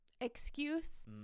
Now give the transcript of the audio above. excuse